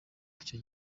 icyo